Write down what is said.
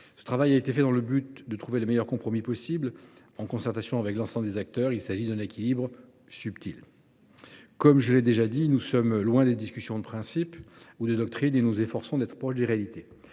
Ce travail a été fait dans l’objectif de trouver les meilleurs compromis possible en concertation avec l’ensemble des acteurs. Il s’agit d’un équilibre subtil. Comme je l’ai déjà dit, nous sommes loin des discussions de principe ou de doctrine, et nous nous efforçons d’être proches des réalités.